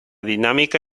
dinámica